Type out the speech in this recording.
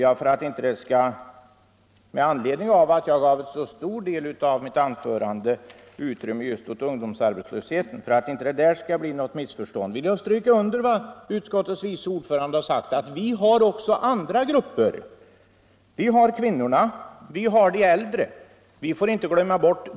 Jag ägnade en stor del av mitt anförande åt ungdomsarbetslösheten. För att det inte skall föranleda något missförstånd vill jag understryka vad utskottets vice ordförande har sagt, att vi också har andra grupper —- kvinnorna och de äldre — som inte får glömmas bort.